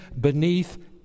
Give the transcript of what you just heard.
beneath